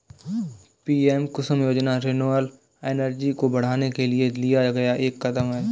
PM Kusum Yojana renewable energy को बढ़ाने के लिए लिया गया एक कदम है